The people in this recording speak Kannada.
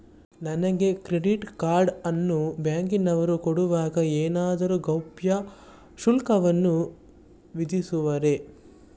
ನನಗೆ ಕ್ರೆಡಿಟ್ ಕಾರ್ಡ್ ಅನ್ನು ಬ್ಯಾಂಕಿನವರು ಕೊಡುವಾಗ ಏನಾದರೂ ಗೌಪ್ಯ ಶುಲ್ಕವನ್ನು ವಿಧಿಸುವರೇ?